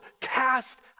cast